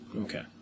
Okay